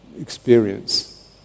experience